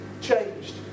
changed